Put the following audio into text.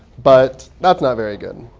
but that's not very good.